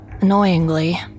Annoyingly